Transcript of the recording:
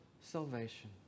salvation